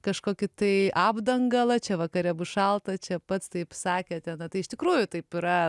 kažkokį tai apdangalą čia vakare bus šalta čia pats taip sakėte na tai iš tikrųjų taip yra